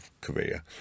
career